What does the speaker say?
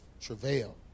travail